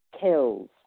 kills